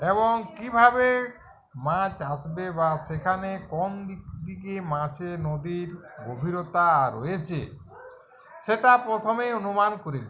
এবং কীভাবে মাছ আসবে বা সেখানে কম দিক দিকে মাছে নদীর গভীরতা রয়েছে সেটা প্রথমেই অনুমান করেনি